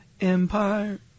Empire